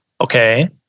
Okay